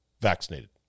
vaccinated